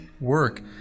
work